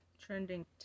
trending